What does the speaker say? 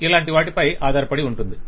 ఇలాంటివాటిపై ఆధారపడి ఉంటుంది